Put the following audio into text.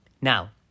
Now